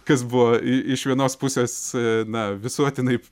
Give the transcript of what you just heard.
kas buvo i iš vienos pusės na visuotinai